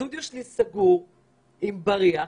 הסטודיו שלי סגור עם בריח,